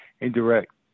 indirect